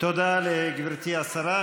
תודה לגברתי השרה.